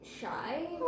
shy